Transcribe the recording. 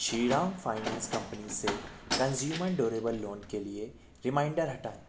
Shriram finance company से consumer durable loan के लिए रिमाइंडर हटाएँ